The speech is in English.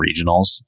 regionals